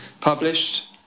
published